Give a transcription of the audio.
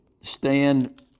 stand